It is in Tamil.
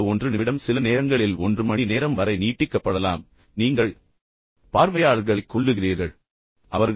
எனவே அந்த 1 நிமிடம் சில நேரங்களில் 1 மணி நேரம் வரை நீட்டிக்கப்படலாம் மேலும் நீங்கள் பார்வையாளர்களைக் கொல்லுகிறீர்கள் என்பது உங்களுக்குத் தெரியும்